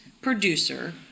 producer